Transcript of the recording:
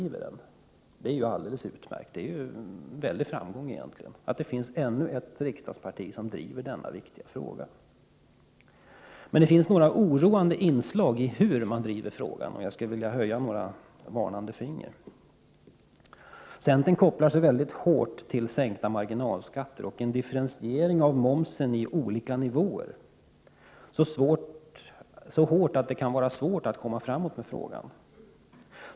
1987/88:47 alldeles utmärkt. Ja, det är egentligen en stor framgång att det finns ännu ett — 17 december 1987 riksdagsparti som driver denna viktiga fråga. SEA äs SR Det finns emellertid några oroande inslag i sättet att driva frågan. Jag skulle vilja höja ett varnande finger i detta sammanhang. Centern driver så hårt frågan om sänkta marginalskatter och en differentiering av momsen i olika nivåer att det kan vara svårt att komma framåt i detta sammanhang.